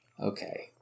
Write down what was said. Okay